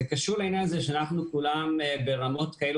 זה קשור לעניין הזה שאנחנו כולם ברמות כאלה